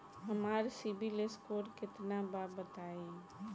हमार CIBIL score केतना बा बताईं?